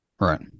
Right